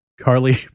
Carly